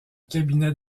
cabinet